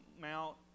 Mount